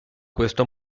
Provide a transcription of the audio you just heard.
questo